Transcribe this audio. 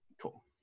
Cool